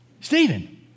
Stephen